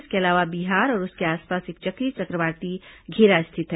इसके अलावा बिहार और उसके आसपास एक चक्रीय चक्रवाती घेरा स्थित है